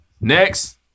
Next